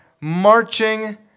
marching